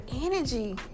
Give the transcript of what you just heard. energy